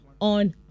on